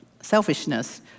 selfishness